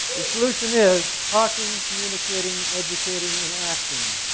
the solution is talking, communicating, educating and acting.